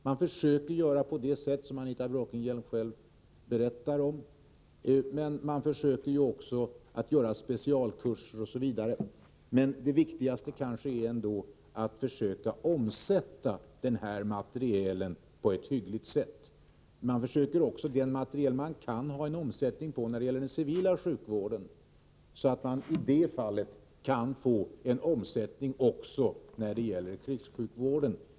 Man försöker göra på det sätt som Anita Bråkenhielm talade om, men man anordnar även specialkurser. Det viktigaste är kanske ändå att försöka omsätta denna materiel på ett hyggligt sätt. Man försöker även få en omsättning när det gäller materielen inom den civila sjukvården för att därigenom få en omsättning av materielen för krigssjukvården.